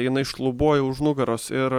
jinai šlubuoja už nugaros ir